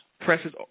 Presses